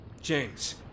James